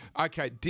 Okay